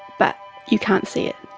but you can't see it,